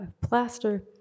plaster